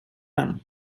den